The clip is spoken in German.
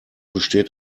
besteht